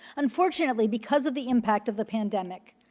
unfortunately, because of the impact of the pandemic,